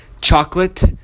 Chocolate